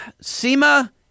SEMA